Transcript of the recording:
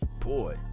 boy